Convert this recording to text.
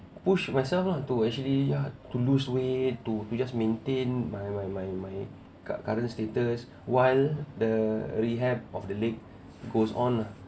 push myself lah to actually ya to lose weight to just maintain my my my my c~ current status while the rehab of the leg goes on lah